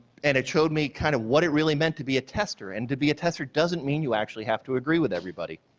and it showed me kind of what it really meant to be a tester. and to be a tester, it doesn't mean you actually have to agree with everybody.